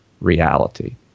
reality